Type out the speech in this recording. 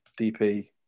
DP